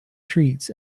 treats